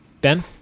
ben